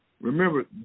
Remember